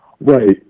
Right